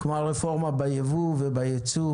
כמו הרפורמה בייבוא ובייצוא.